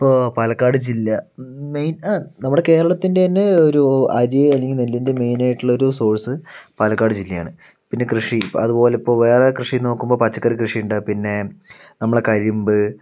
ഇപ്പോൾ പാലക്കാട് ജില്ല മെയിൻ ആ നമ്മുടെ കേരളത്തിൻ്റെ തന്നെ ഒരു അരി അല്ലെങ്കിൽ നെല്ലിൻ്റെ മെയിനായിട്ടുള്ള ഒരു സോഴ്സ് പാലക്കാട് ജില്ലയാണ് പിന്നെ കൃഷി അതുപോലിപ്പോൾ വേറെ കൃഷി നോക്കുമ്പോൾ പച്ചക്കറി കൃഷിയുണ്ട് പിന്നെ നമ്മളെ കരിമ്പ്